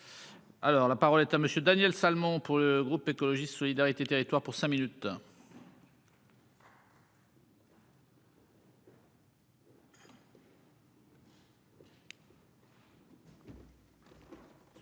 Alors la parole est à monsieur Daniel Salmon pour le groupe écologiste solidarité et territoires pour cinq minutes.